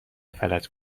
فلج